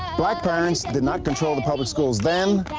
black parents did not control the public schools then,